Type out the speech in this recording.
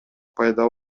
пайда